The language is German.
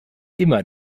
immer